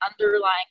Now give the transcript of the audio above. underlying